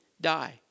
die